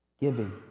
Giving